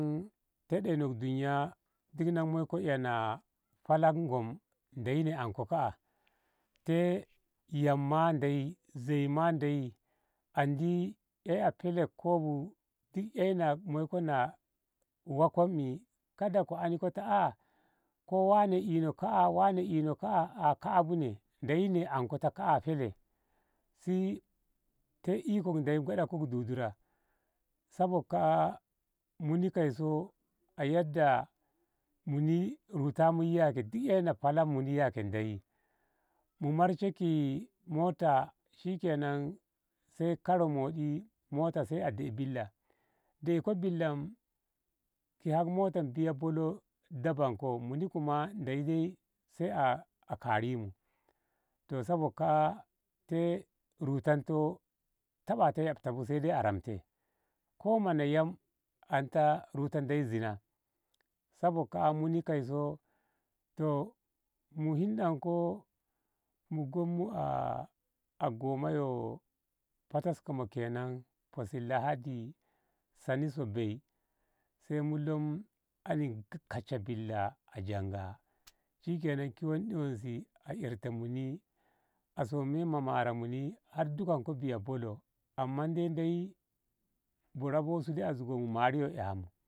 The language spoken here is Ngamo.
Te ɗeinok duniya duk na ko moiko ey na halak ngom ndeyi ne anko ka'a te yam ma ndeyi zei ma ndeyi andi eiyo helek koi bu duk ey na ko ko moiko na wa koi mi kada ka ani ta wane ino ka a wane ino ka'a A ka'a bu ndeyi ne anko ta ka'a hele si te ikon ndeyi gadaku dudura sabok ka'a a muni kaiso a yarda muni ruta mu ko yak miya hala ki mu ndeyi mu marshe ki mota shikenan sai karo moni mota wusko billa deikbilla ki hawo mota biya bola dafakon muni kuma ndeyi dai sai a kare mu toh sabok ka a te rutantoh taba ta yabta bu sai a ramte ko mana yam a ana ta ruta ndeyi zina sabok ka'a muni kaiso mu hinda ko mu gomu gomu yo pataskumo kenan hoti ladi a sanik se bei sai mu lom ani kassha billa a janga shikenan ki wonde wonse a erta muni soma mare muni har dukanko biya bolo amma dai ndeyi bo rabo su dai a zugonmu a mari yo amu.